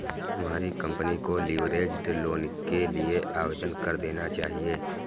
तुम्हारी कंपनी को leveraged loan के लिए आवेदन कर देना चाहिए